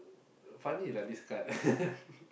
funny lah this card